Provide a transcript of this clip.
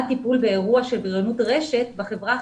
טיפול באירוע של בריונות רשת בחברה החרדית.